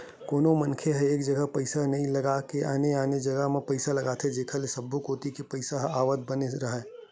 कोनो मनखे ह एक जघा पइसा नइ लगा के आने आने जघा म पइसा लगाथे जेखर ले सब्बो कोती ले पइसा के आवक बने राहय